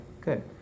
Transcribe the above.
good